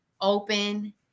open